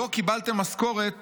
לא קיבלתם משכורת